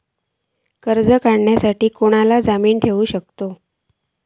कर्ज काढूसाठी कोणाक जामीन ठेवू शकतव?